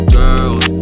girls